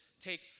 take